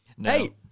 Hey